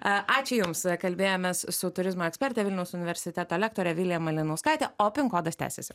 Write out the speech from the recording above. a ačiū jums kalbėjomės su turizmo eksperte vilniaus universiteto lektore vilija malinauskaite o pin kodas tęsiasi